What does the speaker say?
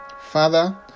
Father